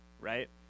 right